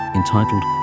entitled